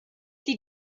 die